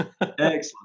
Excellent